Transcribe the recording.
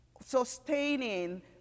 sustaining